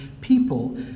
people